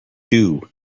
dew